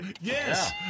Yes